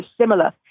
similar